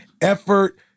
Effort